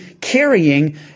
carrying